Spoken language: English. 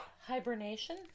hibernation